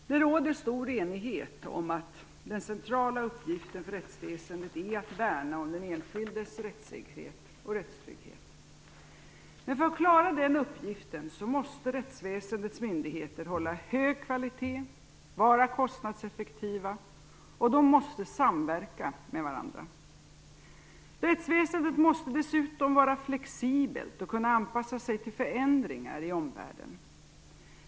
Fru talman! Det råder stor enighet om att den centrala uppgiften för rättsväsendet är att värna om den enskildes rättssäkerhet och rättstrygghet. För att klara den uppgiften måste rättsväsendets myndigheter hålla hög kvalitet och vara kostnadseffektiva, och de måste samverka med varandra. Rättsväsendet måste dessutom vara flexibelt och kunna anpassa sig till förändringar i omvärlden.